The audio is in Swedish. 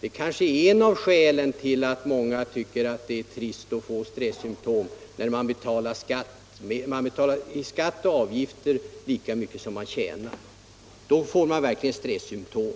Ett av skälen till att många i sitt arbete upplever stressymtom kan vara att man drabbas av orimliga skatter och avgifter. Man betalar nästan lika mycket i skatter och avgifter som man tjänar. Då får man verkligen stressymtom.